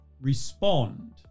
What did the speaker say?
respond